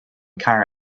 car